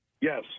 Yes